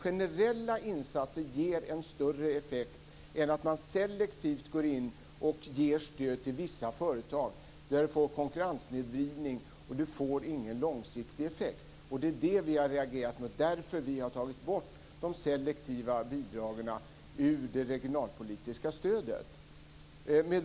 Generella insatser ger en större effekt än om man selektivt går in och ger stöd till vissa företag. Då får man konkurrenssnedvridning, och man får ingen långsiktig effekt. Det är det vi har reagerat mot. Därför har vi tagit bort de selektiva bidragen ur det regionalpolitiska stödet.